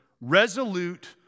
resolute